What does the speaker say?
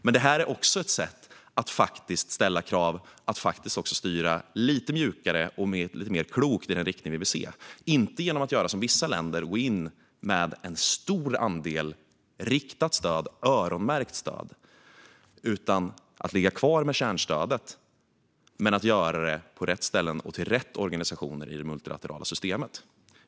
Men detta är också ett sätt att ställa krav och styra lite mjukare och klokare i den riktning vi vill se. Det gör vi inte genom att, som vissa länder, gå in med en stor andel riktat, öronmärkt stöd utan genom att behålla kärnstödet men på rätt ställen och till rätt organisationer i det multilaterala systemet.